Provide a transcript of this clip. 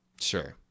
Sure